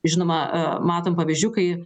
žinoma matom pavyzdžių kai